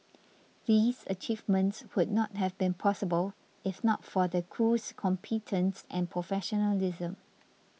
these achievements would not have been possible if not for the crew's competence and professionalism